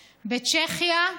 בצ'כיה,